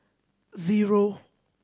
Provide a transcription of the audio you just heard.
zero